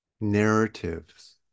narratives